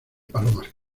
palomas